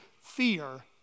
fear